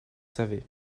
savez